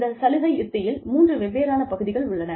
இந்த சலுகை யுக்தியில் மூன்று வெவ்வேறான பகுதிகள் உள்ளன